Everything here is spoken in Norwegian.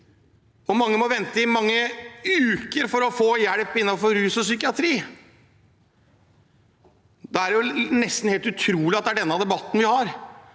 og mange må vente i mange uker for å få hjelp innenfor rus og psykiatri. Det er nesten helt utrolig at det er denne debatten vi har.